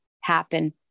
happen